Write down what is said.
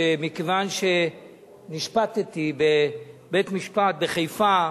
מכיוון שנשפטתי בבית-משפט בחיפה,